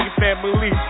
family